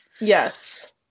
Yes